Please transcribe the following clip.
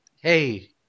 Hey